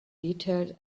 detail